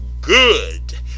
good